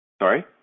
Sorry